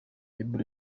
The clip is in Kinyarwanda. ebola